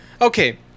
okay